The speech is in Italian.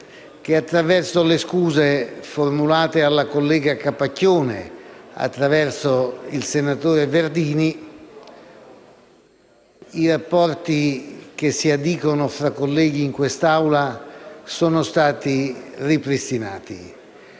che, attraverso le scuse formulate alla collega Capacchione per il tramite del senatore Verdini, i rapporti che si addicono tra colleghi in questa Assemblea sono stati ripristinati.